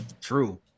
True